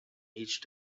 each